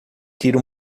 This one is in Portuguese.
tira